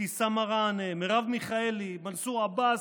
אבתיסאם מראענה, מנסור עבאס,